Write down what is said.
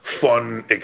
fun